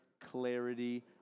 clarity